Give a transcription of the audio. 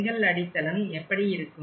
செங்கல் அடித்தளம் எப்படி இருக்கும்